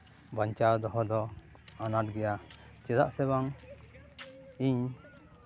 ᱵᱟᱧᱪᱟᱣ ᱫᱚᱦᱚ ᱫᱚ ᱟᱱᱟᱴ ᱜᱮᱭᱟ ᱪᱮᱫᱟᱜ ᱥᱮ ᱵᱟᱝ ᱤᱧ